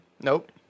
Nope